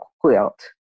quilt